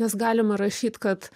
nes galim rašyt kad